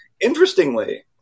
Interestingly